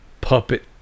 puppet